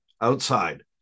outside